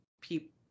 people